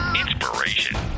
Inspiration